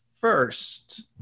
first